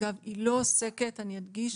אגב, היא לא עוסקת, אני אדגיש,